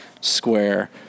square